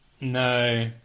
No